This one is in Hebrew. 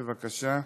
בבקשה.